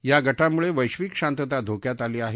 या गटांमुळे वैशिक शांतता धोक्यात आली आहे